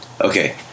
okay